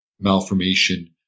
malformation